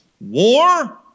war